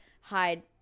hide